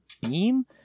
Beam